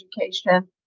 education